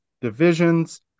Divisions